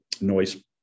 noise